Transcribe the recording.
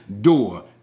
door